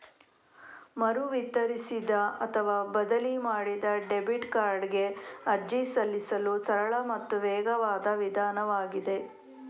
ಮರು ವಿತರಿಸಿದ ಅಥವಾ ಬದಲಿ ಮಾಡಿದ ಡೆಬಿಟ್ ಕಾರ್ಡಿಗೆ ಅರ್ಜಿ ಸಲ್ಲಿಸಲು ಸರಳ ಮತ್ತು ವೇಗವಾದ ವಿಧಾನವಾಗಿದೆ